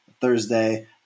Thursday